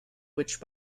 which